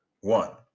one